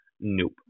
Nope